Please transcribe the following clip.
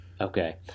Okay